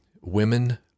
women